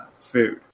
food